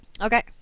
okay